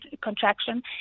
contraction